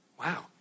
Wow